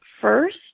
first